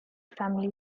family